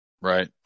Right